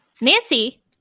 Nancy